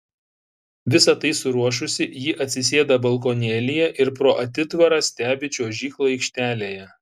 visa tai suruošusi ji atsisėda balkonėlyje ir pro atitvarą stebi čiuožyklą aikštelėje